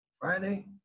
Friday